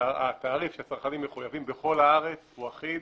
התעריף שהצרכנים מחויבים בכל הארץ הוא אחיד.